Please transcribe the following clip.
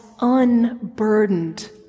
unburdened